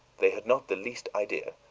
they had not the least idea,